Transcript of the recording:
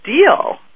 deal